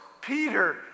Peter